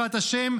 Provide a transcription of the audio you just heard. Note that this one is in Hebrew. בעזרת ה',